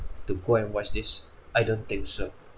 to go and watch this I don't think so